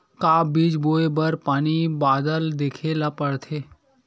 का बीज बोय बर पानी बादल देखेला पड़थे?